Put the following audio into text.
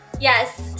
Yes